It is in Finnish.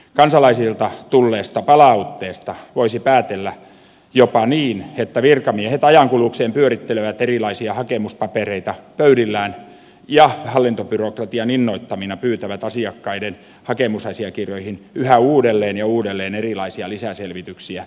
kansalaisilta tulleesta palautteesta voisi päätellä jopa niin että virkamiehet ajankulukseen pyörittelevät erilaisia hakemuspapereita pöydillään ja hallintobyrokratian innoittamina pyytävät asiakkaiden hakemusasiakirjoihin yhä uudelleen ja uudelleen erilaisia lisäselvityksiä ja liitteitä